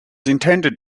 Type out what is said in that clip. intended